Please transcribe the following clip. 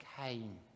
came